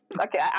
okay